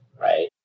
right